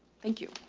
thank you.